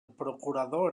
procurador